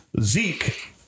Zeke